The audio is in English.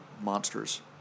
monsters